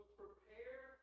prepare